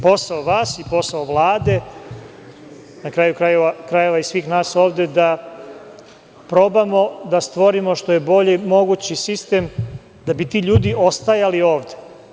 Posao vas i posao Vlade jeste, na kraju krajeva i svih nas ovde da probamo da stvorimo što je bolji mogući sistem da bi ti ljudi ostajali ovde.